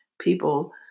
people